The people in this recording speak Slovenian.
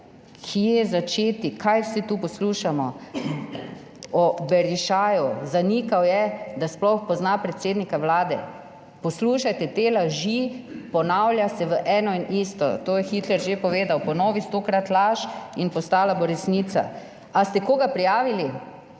da kje začeti. Kaj vse tu poslušamo, o Berišaju? Zanikal je, da sploh pozna predsednika vlade. Poslušajte te laži, ponavlja se v eno in isto. To je Hitler že povedal, ponovi stokrat laž in postala bo resnica. Ali ste koga prijavili?